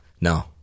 No